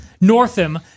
Northam